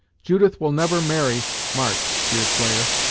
judith will never marry march, deerslayer.